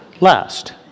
Last